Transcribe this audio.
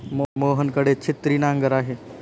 मोहन कडे छिन्नी नांगर आहे